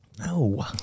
No